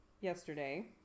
yesterday